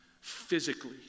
physically